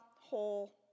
whole